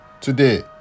today